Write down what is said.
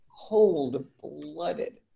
Cold-blooded